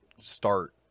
Start